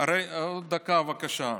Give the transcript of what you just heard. עוד דקה, בבקשה.